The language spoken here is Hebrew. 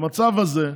במצב הזה,